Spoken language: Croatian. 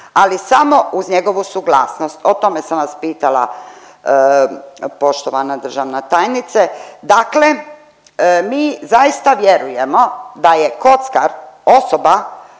ali samo uz njegovu suglasnost, o tome sam vas pitala poštovana državna tajnice. Dakle, mi zaista vjerujemo da je kockar osoba